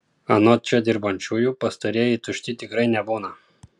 anot čia dirbančiųjų pastarieji tušti tikrai nebūna